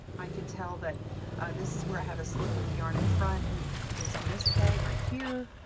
i can tell that this is where i have a slip with the yarn in front and it's on this peg right here,